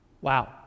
wow